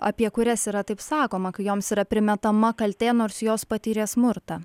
apie kurias yra taip sakoma kai joms yra primetama kaltė nors jos patyrė smurtą